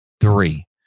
three